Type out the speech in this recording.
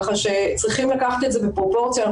ככה שצריכים לקחת את זה בפרופורציה.